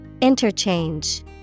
Interchange